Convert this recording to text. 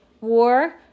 War